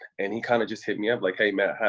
and he kind of just hit me up like, hey, matt,